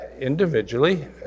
individually